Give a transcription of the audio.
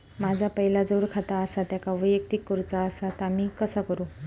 माझा पहिला जोडखाता आसा त्याका वैयक्तिक करूचा असा ता मी कसा करू?